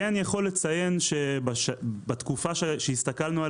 כן יכול לציין שבתקופה עליה הסתכלנו,